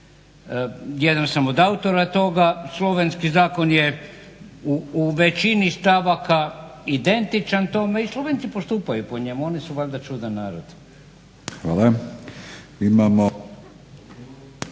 Jedan sam od autora toga, slovenski zakon je u većini stavaka identičan tome i Slovenci postupaju po njemu. Oni su valjda čudan narod. **Batinić,